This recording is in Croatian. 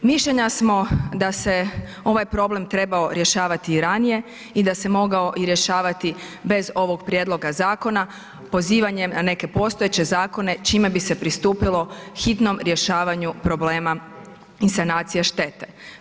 Mišljenja smo da se ovaj problem trebao rješavati i ranije i da se mogao i rješavati bez ovog prijedloga zakona pozivanjem na neke postojeće zakone čime bi se pristupilo hitnom rješavanju problema i sanacija štete.